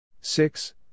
Six